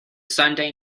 sunday